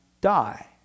die